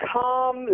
calm